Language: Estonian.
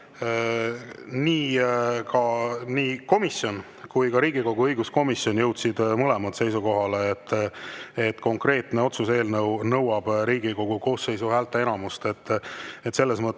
Nii komisjon kui ka Riigikogu õigus[osakond] jõudsid mõlemad seisukohale, et konkreetne otsuse eelnõu nõuab Riigikogu koosseisu häälteenamust. Selles mõttes